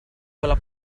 quella